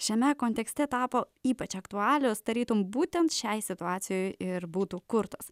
šiame kontekste tapo ypač aktualios tarytum būtent šiai situacijoj ir būtų kurtos